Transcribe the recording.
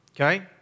okay